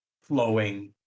flowing